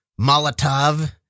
Molotov